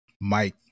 Mike